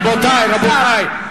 רבותי, רבותי.